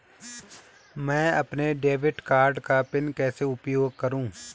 मैं अपने debit card का पिन कैसे उपयोग करूँ?